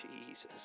Jesus